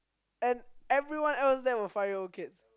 and everyone else there were five year old kids